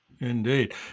Indeed